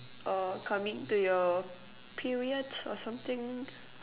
or coming to your period or something